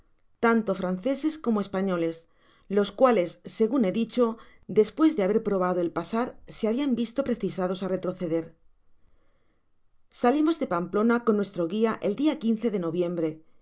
tanto franceses como españoles los cuales segun he dicho despues de haber probado el pasar se habian visto precisados á retrocer salimos de pamplona con nuestro guia el dia de noviembre